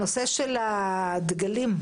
בנושא הדגלים,